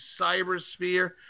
cybersphere